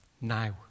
now